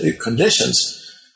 conditions